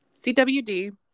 CWD